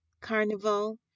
carnival